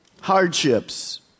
Hardships